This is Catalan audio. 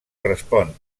respon